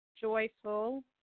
joyful